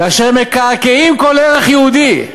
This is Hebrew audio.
כאשר מקעקעים כל ערך יהודי.